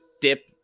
Dip